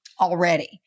already